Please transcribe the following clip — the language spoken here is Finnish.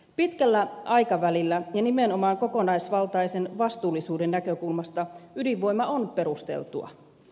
pitkällä aikavälillä ja nimenomaan kokonaisvaltaisen vastuullisuuden näkökulmasta ydinvoima on perusteltua